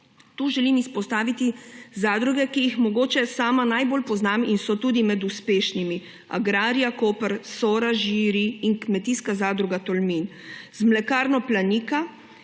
Tu želim izpostaviti zadruge, ki jih mogoče sama najbolj poznam in so tudi med uspešnimi, Agraria Koper, Sora Žiri in Kmetijska zadruga Tolmin, z Mlekarno Planika,